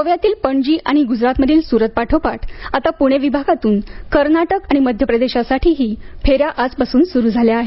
गोव्यातील पणजी आणि गुजरातमधील सूरत पाठोपाठ आता पुणे विभागातून कर्नाटक आणि मध्य प्रदेशसाठीही फेऱ्या आजपासून सुरू झाल्या आहेत